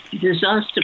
disaster